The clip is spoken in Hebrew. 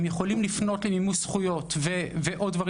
הם יכולים לפנות למימוש זכויות ודברים